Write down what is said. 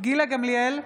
גילה גמליאל,